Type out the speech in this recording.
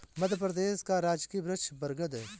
मध्य प्रदेश का राजकीय वृक्ष बरगद है